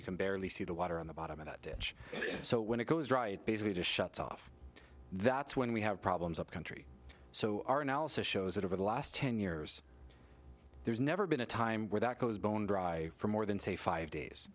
you can barely see the water on the bottom of it so when it goes right basically just shuts off that's when we have problems up country so our analysis shows that over the last ten years there's never been a time where that goes bone dry for more than say five days